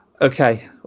Okay